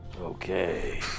Okay